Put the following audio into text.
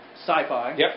sci-fi